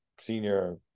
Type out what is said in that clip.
senior